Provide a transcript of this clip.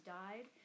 died